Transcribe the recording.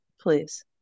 please